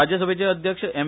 राज्यसभेचे अध्यक्ष एम